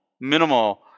minimal